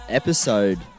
episode